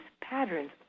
patterns